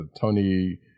Tony